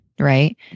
Right